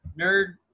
nerd